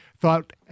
thought